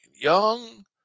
Young